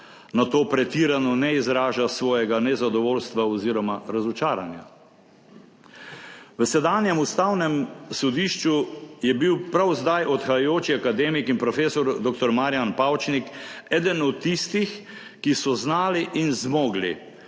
nato ne izraža pretirano svojega nezadovoljstva oziroma razočaranja. V sedanjem ustavnem sodišču je bil prav zdaj odhajajoči akademik in profesor dr. Marijan Pavčnik eden od tistih, ki so znali in zmogli